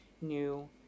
new